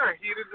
heated